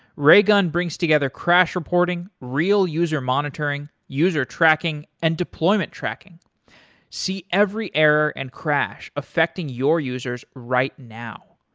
raygun brings together crash reporting, real user monitoring, user tracking and deployment tracking see every error and crash affecting your users right now.